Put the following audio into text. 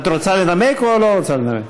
את רוצה לנמק או לא רוצה לנמק?